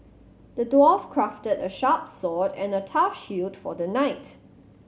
the dwarf crafted a sharp sword and a tough shield for the knight